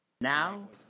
Now